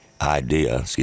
idea